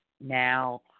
now